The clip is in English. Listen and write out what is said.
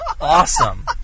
awesome